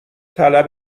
طلب